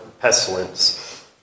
pestilence